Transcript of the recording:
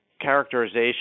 characterization